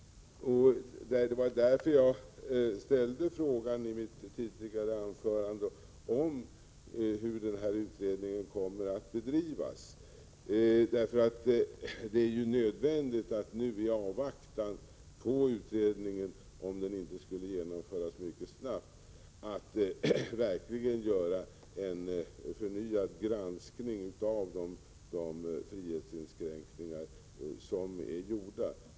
Det var därför jag i mitt tidigare anförande ställde frågan om hur den här utredningen kommer att bedrivas. Det är nödvändigt att i avvaktan på utredningen, om den inte skulle genomföras mycket snabbt, verkligen göra en förnyad granskning av de frihetsinskränkningar som är gjorda.